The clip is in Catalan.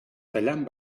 tallant